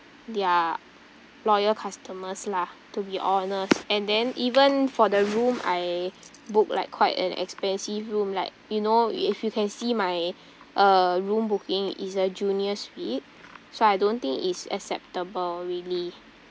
their loyal customers lah to be honest and then even for the room I booked like quite an expensive room like you know if you can see my uh room booking it's a junior suite so I don't think it's acceptable really